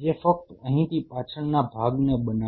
જે ફક્ત અહીંથી પાછળના ભાગને બનાવે છે